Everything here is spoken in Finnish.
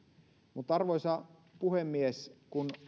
mutta arvoisa puhemies kun